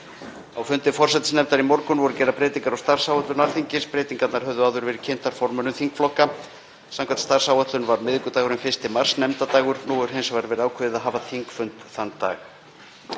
Á fundi forsætisnefndar í morgun voru gerðar breytingar á starfsáætlun Alþingis. Breytingarnar höfðu áður verið kynntar fyrir formönnum þingflokka. Samkvæmt starfsáætlun Alþingis var miðvikudagurinn 1. mars nefndadagur. Nú hefur hins vegar verið ákveðið að hafa þingfund þann dag.